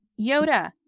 yoda